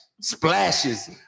splashes